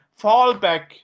fallback